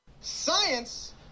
Science